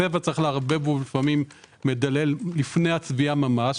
צבע יש לערבב בו לפני הצביעה ממש.